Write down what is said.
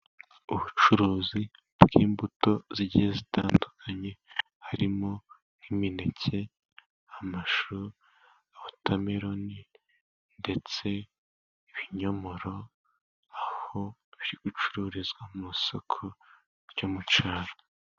Ubucuruzi bw'imbuto zigiye zitandukanye harimo: nk'imineke, amashu, wotameroni, ndetse n'ibinyomoro, aho bicururizwa mu isoko ryo mucyaro.